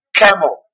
camel